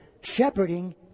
shepherding